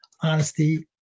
honesty